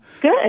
Good